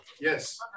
yes